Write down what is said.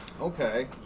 Okay